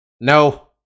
No